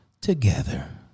together